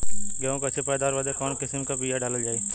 गेहूँ क अच्छी पैदावार बदे कवन किसीम क बिया डाली जाये?